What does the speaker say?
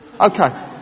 Okay